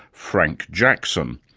frank jackson,